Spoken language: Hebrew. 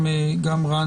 רן